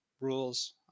rules